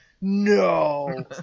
No